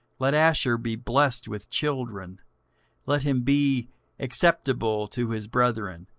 let asher be blessed with children let him be acceptable to his brethren,